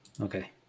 Okay